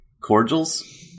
cordials